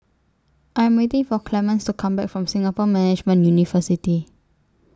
I Am waiting For Clemens to Come Back from Singapore Management University